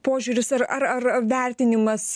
požiūris ar ar vertinimas